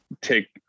take